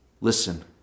Listen